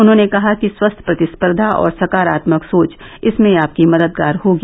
उन्होंने कहा कि स्वस्थ्य प्रतिस्पर्धा और सकारात्मक सोच इसमें आपकी मददगार होगी